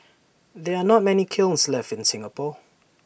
there are not many kilns left in Singapore